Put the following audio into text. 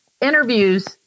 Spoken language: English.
interviews